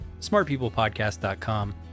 smartpeoplepodcast.com